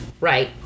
right